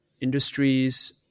industries